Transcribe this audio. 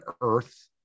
earth